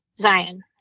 Zion